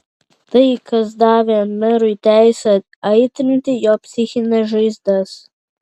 tai kas davė merui teisę aitrinti jo psichines žaizdas